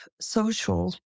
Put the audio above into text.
social